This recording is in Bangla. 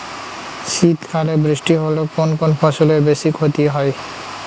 শীত কালে বৃষ্টি হলে কোন কোন ফসলের বেশি ক্ষতি হয়?